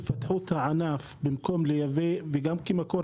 יפתחו את הענף במקום לייבא וגם כמקור